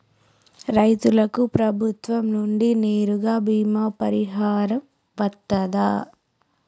రైతులకు ప్రభుత్వం నుండి నేరుగా బీమా పరిహారం వత్తదా?